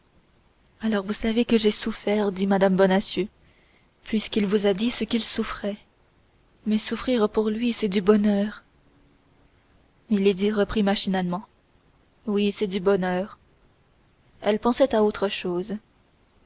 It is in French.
alors vous savez ce que j'ai souffert dit mme bonacieux puisqu'il vous a dit ce qu'il souffrait mais souffrir pour lui c'est du bonheur milady reprit machinalement oui c'est du bonheur elle pensait à autre chose